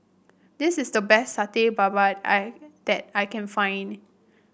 this is the best Satay Babat I that I can find